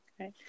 Okay